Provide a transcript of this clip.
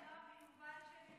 אז תוסיפי את נועה ויובל שלי.